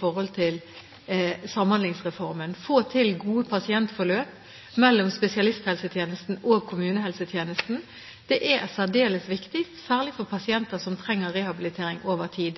forhold til Samhandlingsreformen. Å få til gode pasientforløp mellom spesialisthelsetjenesten og kommunehelsetjenesten er særdeles viktig, særlig for pasienter som trenger rehabilitering over tid.